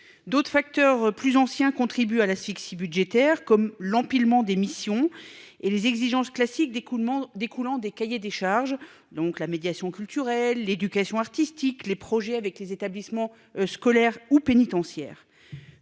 D'autres facteurs plus anciens contribue à l'asphyxie budgétaire comme l'empilement des missions et les exigences classique d'écoulement découlant des cahiers des charges, donc la médiation culturelle, l'éducation artistique, les projets avec les établissements scolaires ou pénitentiaire